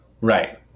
Right